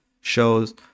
shows